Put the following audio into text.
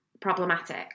Problematic